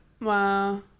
Wow